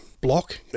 block